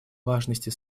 важности